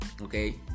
okay